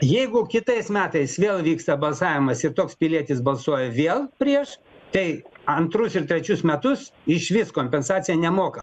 jeigu kitais metais vėl vyksta balsavimas ir toks pilietis balsuoja vėl prieš tai antrus ir trečius metus išvis kompensaciją nemoka